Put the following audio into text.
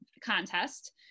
contest